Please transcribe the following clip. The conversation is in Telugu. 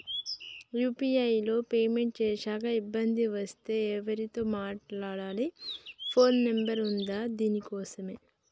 యూ.పీ.ఐ లో పేమెంట్ చేశాక ఇబ్బంది వస్తే ఎవరితో మాట్లాడాలి? ఫోన్ నంబర్ ఉందా దీనికోసం?